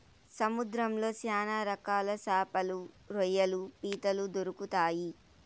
సముద్రంలో శ్యాన రకాల శాపలు, రొయ్యలు, పీతలు దొరుకుతాయి